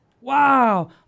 Wow